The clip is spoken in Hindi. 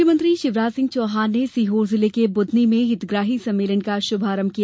मुख्यमंत्री शिवराज सिंह चौहान ने सीहोर जिले के बुधनी में हितग्राही सम्मेलन का शुभारंभ किया